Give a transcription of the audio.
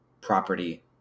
property